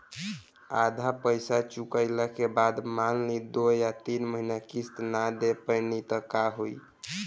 आधा पईसा चुकइला के बाद मान ली दो या तीन महिना किश्त ना दे पैनी त का होई?